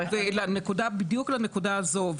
בדיוק לנקודה הזו,